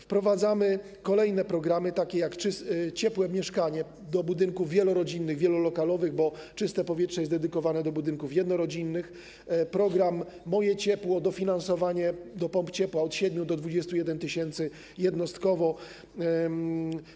Wprowadzamy kolejne programy, takie jak ˝Ciepłe mieszkanie˝ dla budynków wielorodzinnych, wielolokalowych, bo ˝Czyste powietrze˝ jest dedykowane dla budynków jednorodzinnych, program ˝Moje ciepło˝ to dofinansowanie do pomp ciepła - od 7 do 21 tys. jednostkowo.